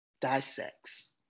Dissects